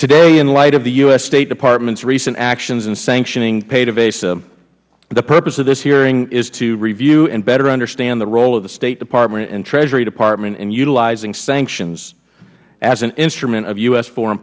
today in light of the u s state department's recent actions in sanctioning pdvsa the purpose of this hearing is to review and better understand the role of the state department and treasury department in utilizing sanctions as an instrument of u s foreign